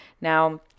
Now